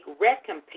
recompense